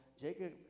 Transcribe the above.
Jacob